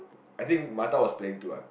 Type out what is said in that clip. I think Mata was playing too what